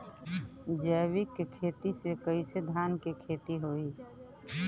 जैविक खेती से कईसे धान क खेती होई?